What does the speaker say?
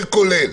להבדל כולל.